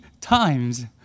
times